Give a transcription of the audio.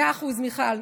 מאה אחוז, מיכל.